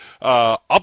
up